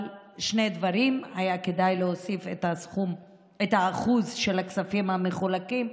אבל שני דברים: היה כדאי להוסיף את האחוז של הכספים המחולקים,